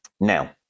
Now